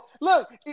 Look